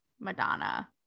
Madonna